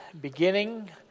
beginning